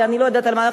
אני לא יודעת על מה?